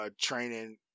training